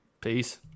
Peace